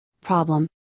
problem